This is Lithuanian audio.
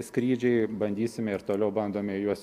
skrydžiai bandysime ir toliau bandome juos